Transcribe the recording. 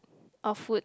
or food